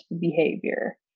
behavior